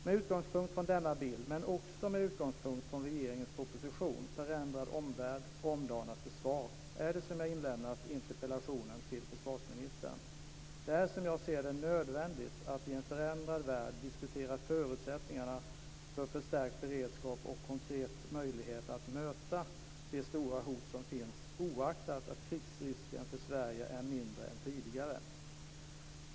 Med utgångspunkt från denna bild men också med utgångspunkt från regeringens proposition Förändrad omvärld - omdanat försvar är det som jag har ställt min interpellation till försvarsministern. Det är, som jag ser det, nödvändigt att i en förändrad värld diskutera förutsättningarna för förstärkt beredskap och konkreta möjligheter att möta det stora hot som finns, oaktat att krigsrisken för Sverige är mindre än tidigare.